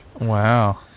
Wow